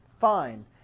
Fine